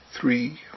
three